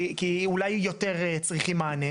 כי אולי יותר צריכים מענה.